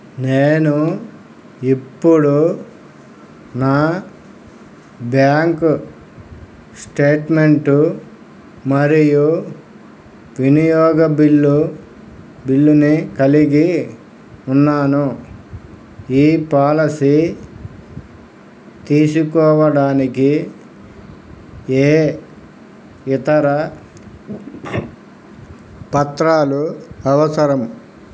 నేను ఇప్పుడు నా బ్యాంకు స్టేట్మెంటు మరియు వినియోగ బిల్లుని కలిగి ఉన్నాను ఈ పాలసీ తీసుకోవడానికి ఏ ఇతర పత్రాలు అవసరం